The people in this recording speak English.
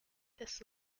this